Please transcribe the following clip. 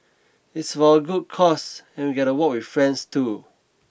it's for a good cause and we get to walk with friends too